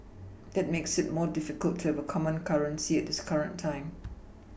that makes it more difficult to have a common currency at this current time